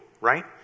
right